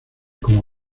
como